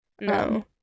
No